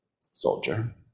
soldier